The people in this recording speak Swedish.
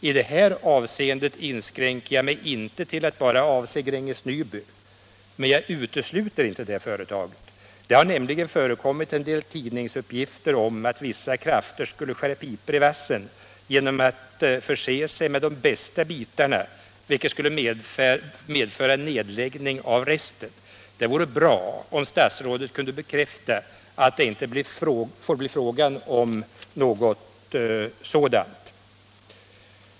I detta avseende inskränker jag mig inte till att bara avse Gränges Nyby, men jag utesluter inte det företaget. Det har nämligen förekommit en del tidningsuppgifter om att vissa krafter skulle skära pipor i vassen genom att förse sig med de bästa bitarna, vilket skulle medföra nedläggning av resten. Det vore bra om statsrådet kunde bekräfta att det inte kommer att bli fråga om något sådant.